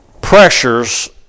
pressures